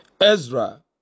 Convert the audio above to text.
Ezra